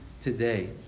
today